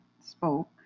spoke